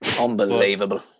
Unbelievable